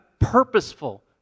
purposeful